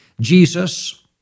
Jesus